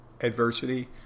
adversity